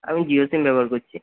আমি জিও সিম ব্যবহার করছি